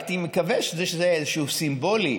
אני מקווה שזה סימבולי,